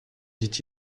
dit